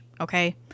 Okay